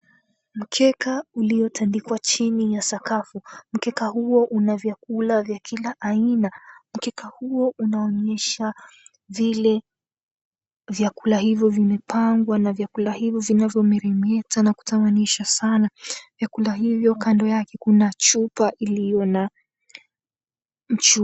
Mkeka uliotandikwa chini ya sakafu. Mkeka huo una vyakula vya kila aina. Mkeka huo unaonyesha vile vyakula hivyo vimepangwa na vyakula hivyo vinavyomeremeta na kutamanisha sana. Vyakula hivyo kando yake kuna chupa iliyo na mchuzi.